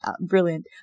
brilliant